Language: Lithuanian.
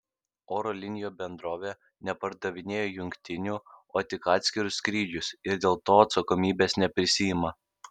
oro linijų bendrovė nepardavinėja jungtinių o tik atskirus skrydžius ir dėl to atsakomybės neprisiima